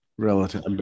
Relative